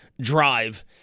drive